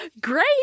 great